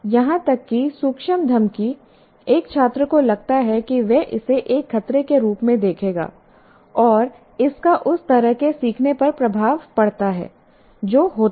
यहां तक कि सूक्ष्म धमकी एक छात्र को लगता है कि वह इसे एक खतरे के रूप में देखेगा और इसका उस तरह के सीखने पर प्रभाव पड़ता है जो होता है